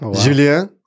Julien